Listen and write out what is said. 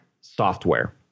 software